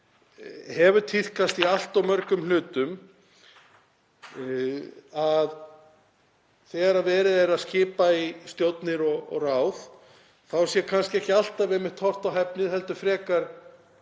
miður tíðkast í allt of mörgum hlutum þegar verið er að skipa í stjórnir og ráð að það sé kannski ekki alltaf horft á hæfni heldur frekar